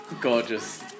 Gorgeous